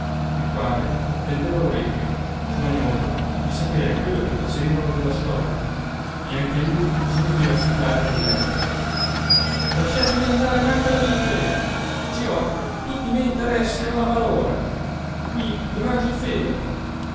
il quale tendeva l'orecchio smanioso di sapere quello che facevano della sua roba e anche lui si metteva a strillare dal letto lasciatemi andare a mangalavite ci ho tutti i miei interessi alla malora qui mi mangio il fegato